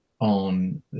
on